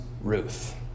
Ruth